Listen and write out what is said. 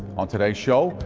on today's show,